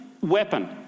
weapon